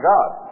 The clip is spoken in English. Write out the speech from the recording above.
God